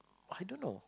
I don't know